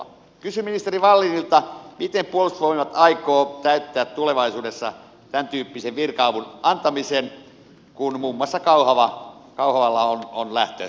kysyn ministeri wallinilta miten puolustusvoimat aikoo täyttää tulevaisuudessa tämän tyyppisen virka avun antamisen kun muun muassa kauhavalla on lähtö edessä